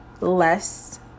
less